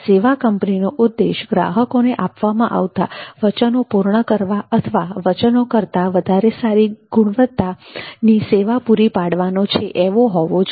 સેવા કંપનીનો ઉદ્દેશ ગ્રાહકોને આપવામાં આવતા વચનો પૂર્ણ કરવા અથવા વચનો કરતાં વધારે સારી ગુણવત્તાની સેવા પૂરી પાડી છે એવો હોવો જોઈએ